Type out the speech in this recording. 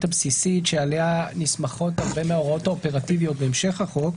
הבסיסית שעליה נסמכות הרבה מההוראות האופרטיביות בהמשך החוק,